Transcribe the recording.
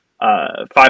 Five